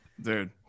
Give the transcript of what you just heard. Dude